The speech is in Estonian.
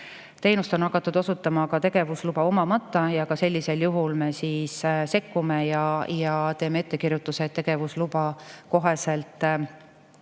Teenust on hakatud osutama ka tegevusluba omamata ja sellisel juhul me sekkume ja teeme ettekirjutuse, et tegevusluba koheselt